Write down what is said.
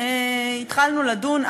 התחלנו לדון.